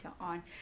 on